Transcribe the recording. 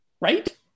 right